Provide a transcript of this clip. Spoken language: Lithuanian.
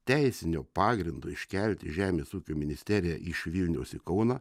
teisinio pagrindo iškelti žemės ūkio ministeriją iš vilniaus į kauną